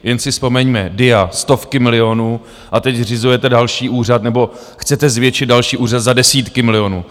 Jen si vzpomeňme DIA, stovky milionů, a teď zřizujete další úřad, nebo chcete zvětšit další úřad za desítky milionů.